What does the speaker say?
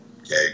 Okay